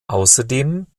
außerdem